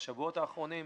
מהשבועות האחרונים.